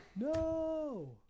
No